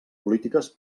polítiques